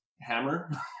hammer